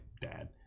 dad